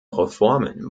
reformen